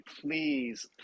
Please